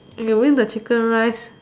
if you win the chicken rice